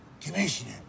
Commissioner